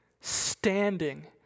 standing